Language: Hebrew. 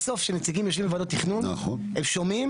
בסוף כשנציגים יושבים בוועדות תכנון הם שומעים